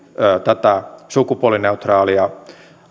tätä sukupuolineutraalia